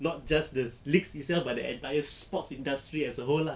not just the leagues itself but the entire sport industry as a whole ah